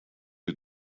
you